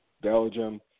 Belgium